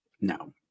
No